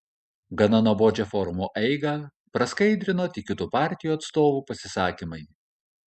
gana nuobodžią forumo eigą praskaidrino tik kitų partijų atstovų pasisakymai